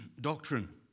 doctrine